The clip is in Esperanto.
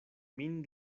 min